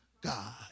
God